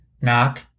Knock